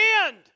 end